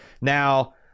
Now